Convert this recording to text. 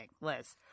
Liz